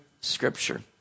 Scripture